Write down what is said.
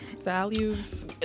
Values